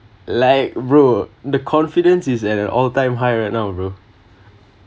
like bro the confidence is at an all time high right now bro